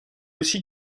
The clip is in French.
aussi